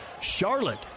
Charlotte